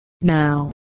Now